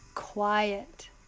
quiet